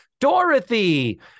Dorothy